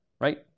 Right